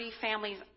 families